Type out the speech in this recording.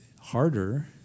harder